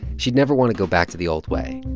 she'd never want to go back to the old way.